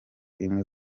imwe